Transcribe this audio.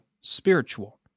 spiritual